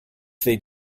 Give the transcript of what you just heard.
they